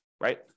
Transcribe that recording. right